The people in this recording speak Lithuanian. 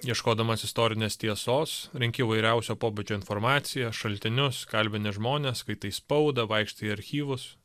ieškodamas istorinės tiesos renkti įvairiausio pobūdžio informaciją šaltinius kalbinti žmones skaitai spaudą vaikštai į archyvus